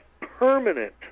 permanent